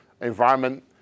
environment